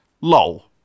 lol